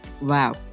Wow